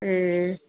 ए